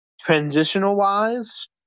transitional-wise